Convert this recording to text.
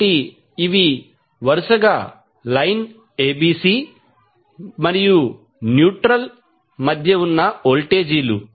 కాబట్టి ఇవి వరుసగా లైన్ ఎబిసి మరియు న్యూట్రల్ మధ్య ఉన్న వోల్టేజీలు